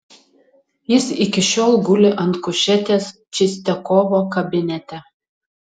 jis iki šiol guli ant kušetės čistiakovo kabinete